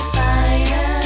fire